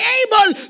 able